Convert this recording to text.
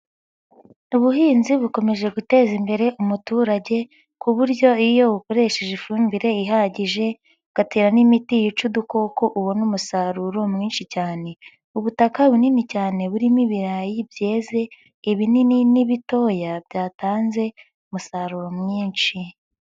Ubuhinzi bukomeje guteza imbere umuturage ku buryo iyo ukoresheje ifumbire ihagije ugatera n'imiti yica udukoko ubona umusaruro mwinshi cyane. Ubutaka bunini cyane burimo ibirayi byeze ibinini n'ibitoya byatanze umusaruro mwinshi.